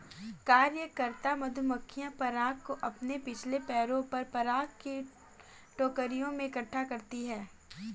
कार्यकर्ता मधुमक्खियां पराग को अपने पिछले पैरों पर पराग की टोकरियों में इकट्ठा करती हैं